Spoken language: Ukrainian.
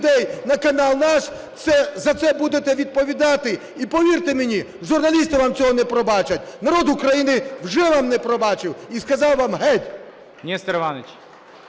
Нестор Іванович,